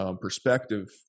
perspective